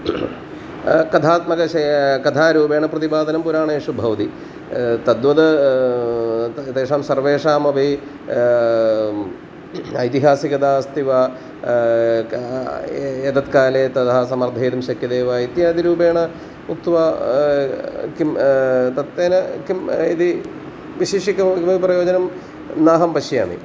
कथात्मकाशयाः कथारूपेण प्रतिपादनं पुराणेषु भवति तद्वत् तेषां सर्वेषामपि ऐतिहासिकता अस्ति वा एतत् काले तथा समर्थयितुं शक्यते वा इत्यादिरूपेण उक्त्वा किं तत् तेन किम् इति विशिष्य किम् किमपि प्रयोजनं नाहं पश्यामि